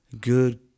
good